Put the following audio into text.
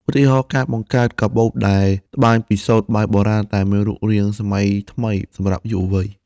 ឧទាហរណ៍ ការបង្កើតកាបូបដែលត្បាញពីសូត្របែបបុរាណតែមានរូបរាងសម័យថ្មីសម្រាប់យុវវ័យ។